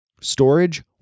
Storage